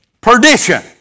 perdition